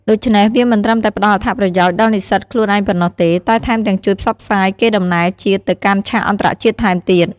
ដូច្នេះ វាមិនត្រឹមតែផ្តល់អត្ថប្រយោជន៍ដល់និស្សិតខ្លួនឯងប៉ុណ្ណោះទេ តែថែមទាំងជួយផ្សព្វផ្សាយកេរដំណែលជាតិទៅកាន់ឆាកអន្តរជាតិថែមទៀត។